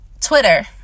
Twitter